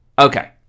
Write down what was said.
Okay